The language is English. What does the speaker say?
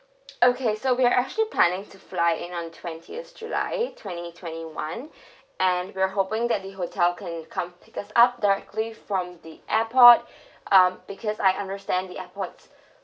okay so we are actually planning to fly in on twentieth july twenty twenty one and we're hoping that the hotel can come pick us up directly from the airport um because I understand the airport